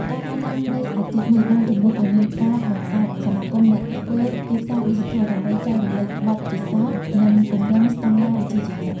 ការកើនឡើងនៃអាជីពនេះបានជំរុញឱ្យមានការបង្កើតសមាគមអ្នកធ្វើទីផ្សារឌីជីថល ដើម្បីចែករំលែកបទពិសោធន៍ និងពង្រឹងស្តង់ដារវិជ្ជាជីវៈ។